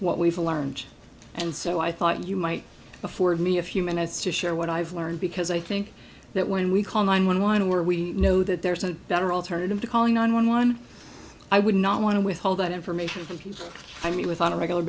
what we've learned and so i thought you might afford me a few minutes to share what i've learned because i think that when we call nine one one where we know that there is a better alternative to calling nine one one i would not want to withhold that information from people i meet with on a regular